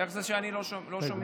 איך זה שלא שומעים?